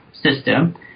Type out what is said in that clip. system